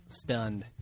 stunned